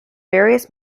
various